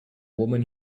woman